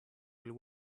will